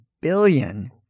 billion